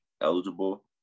eligible